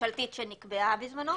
ממשלתית שנקבעה בזמנו.